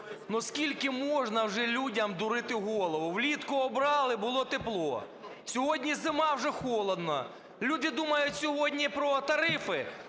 скільки можна вже людям дурити голову? Влітку обрали, було тепло. Сьогодні зима – вже холодно. Люди думають сьогодні про тарифи,